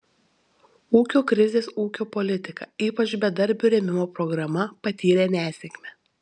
ūkio krizės ūkio politika ypač bedarbių rėmimo programa patyrė nesėkmę